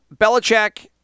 Belichick